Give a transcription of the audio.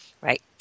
Right